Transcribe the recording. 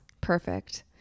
Perfect